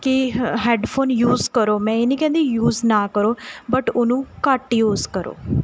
ਕਿ headphone use ਕਰੋ ਮੈਂ ਇਹ ਨਹੀਂ ਕਹਿੰਦੀ ਯੂਜ਼ ਨਾ ਕਰੋ ਬਟ ਉਹਨੂੰ ਘੱਟ ਯੂਜ਼ ਕਰੋ